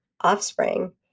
offspring